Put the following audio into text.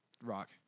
rock